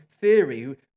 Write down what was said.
theory